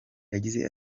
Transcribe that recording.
yagize